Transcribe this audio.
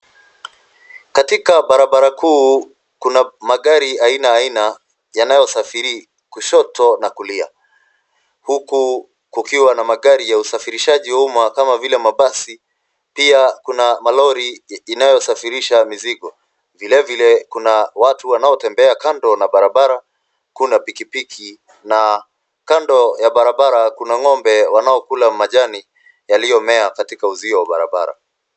Katika barabara kuu kuna magari aina aina yanayo safiri kushoto na kulia. Huku kukiwa na magari ya usafirishaji wa umma kama vile mabasi, pia kuna malori inayosafirisha mizigo. Vilevile kuna watu wanaotembea kando na barbara, kuna pikipiki na kando ya barabara kuna ng'ombe wanaokula majani yaliyomea katika uzio wa barabara.